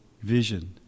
vision